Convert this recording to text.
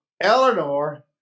Eleanor